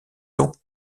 donc